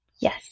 Yes